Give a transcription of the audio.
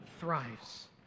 thrives